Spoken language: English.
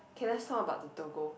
can I talk about the Doggo